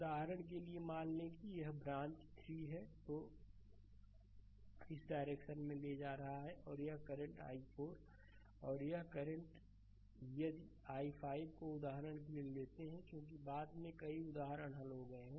उदाहरण के लिए मान लें कि यह ब्रांच i3 है तो इस डायरेक्शन में ले जा रहा है और यह करंट i4 और यह करंट यदि i5 को उदाहरण के लिए लेते हैं क्योंकि बाद में कई उदाहरण हल हो गए हैं